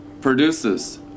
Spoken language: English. produces